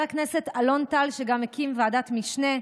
חבר הכנסת אלון טל, שגם הקים ועדת משנה,